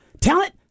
Talent